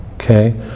Okay